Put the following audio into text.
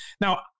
Now